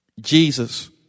Jesus